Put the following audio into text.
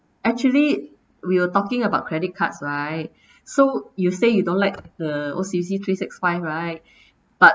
actually we were talking about credit cards right so you say you don't like the O_C_B_C three six five right but